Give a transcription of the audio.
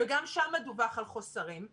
וגם שם מדווח על חוסרים.